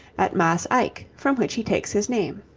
at maas eyck, from which he takes his name.